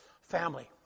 Family